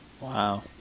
Wow